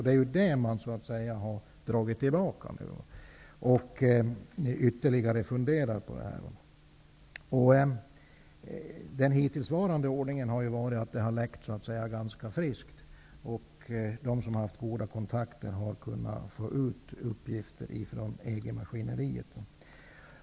Det är förslaget på detta område som man nu vill dra tillbaka och ytterligare fundera på. Den hittillsvarande ordningen har ju varit att det har läckt ganska friskt. De som har haft goda kontakter har kunnat få ut uppgifter från EG-maskineriet.